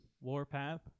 Warpath